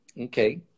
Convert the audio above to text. Okay